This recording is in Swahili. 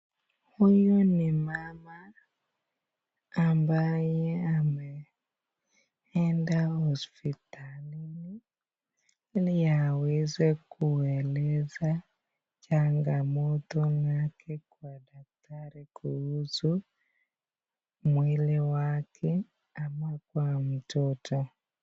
Huyu ni mama ambaye ameenda hosipitali iliaweze kueleza changamoto yake kwa dakitari kuhusu mwili wake ama kwa mtoto.